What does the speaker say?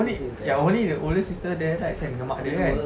only ya only the older sister there dengan mak dia kan